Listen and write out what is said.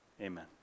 amen